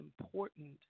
important